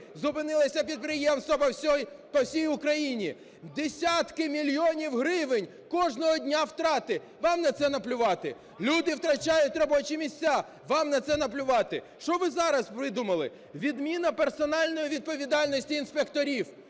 зупинилися підприємства по всій Україні. Десятки мільйонів гривень кожного дня втрати – вам на це наплювати. Люди втрачають робочі місця – вам на це наплювати. Що ви зараз придумали? Відміна персональної відповідальності інспекторів